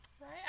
Right